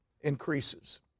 increases